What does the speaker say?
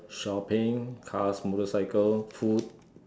shopping cars motorcycles food